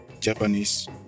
Japanese